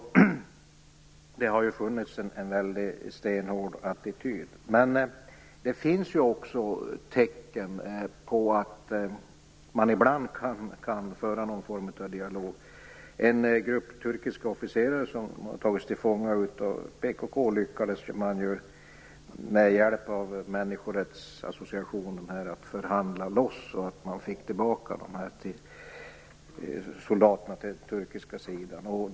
Det har funnits en stenhård attityd, men det finns också tecken på att man ibland kan föra någon form av dialog. Man lyckades ju med hjälp av människorrättsassociationen förhandla loss en grupp turkiska officerare som tagits till fånga av PKK. Man fick tillbaka dem till den turkiska sidan.